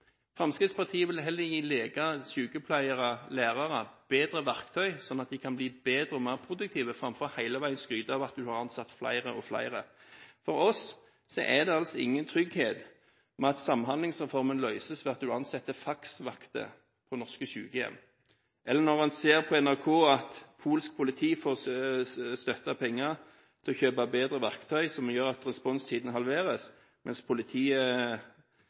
Fremskrittspartiet vil heller gi leger, sykepleiere og lærere bedre verktøy så de kan bli bedre og mer produktive framfor hele veien å skryte av at en har ansatt flere og flere. For oss er det ingen trygghet i at Samhandlingsreformen løses ved at du ansetter fax-vakter på norske sykehjem, eller når en ser på NRK at polsk politi får pengestøtte til å kjøpe bedre verktøy som gjør at responstiden halveres, mens politiet